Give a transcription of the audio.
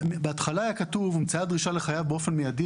בהתחלה היה כתוב "הומצאה דרישה לחייב באופן מיידי